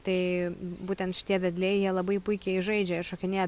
tai būtent šitie vedliai jie labai puikiai žaidžia ir šokinėja